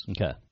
Okay